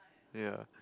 ya